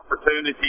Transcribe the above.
opportunity